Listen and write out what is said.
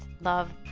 love